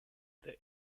the